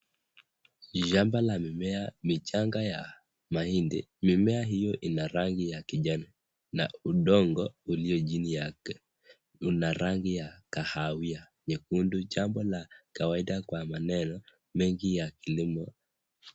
Shamba la mimea michanga ya mahindi. Mimea hiyo ina rangi ya kijani na udongo ulio chini yake una rangi ya kahawia nyekundu jambo la kawaida kwa maneno mengi ya kilimo.